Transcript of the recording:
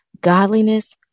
Godliness